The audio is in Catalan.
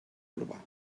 urbà